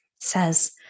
says